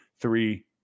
Three